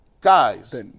guys